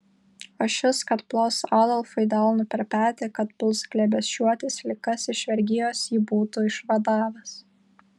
o šis kad plos adolfui delnu per petį kad puls glėbesčiuotis lyg kas iš vergijos jį būti išvadavęs